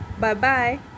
Bye-bye